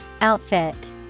Outfit